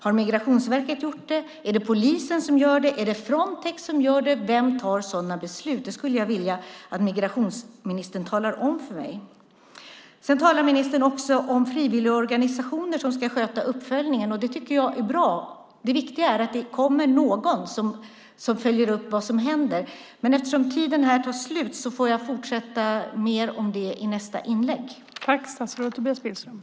Har Migrationsverket gjort det? Är det polisen som gör det? Är det Frontex som gör det? Vem fattar sådana beslut? Det skulle jag vilja att migrationsministern talar om för mig. Ministern talar om frivilligorganisationer som ska sköta uppföljningen. Det tycker jag är bra. Det viktiga är att någon följer upp vad som händer. Jag kommer att säga mer om det i mitt nästa inlägg.